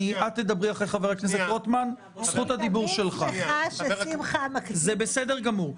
אני רק אציין שאם יש חברי כנסת שחשוב להם לצאת לאירוע של המנכ"ל היוצא,